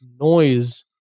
noise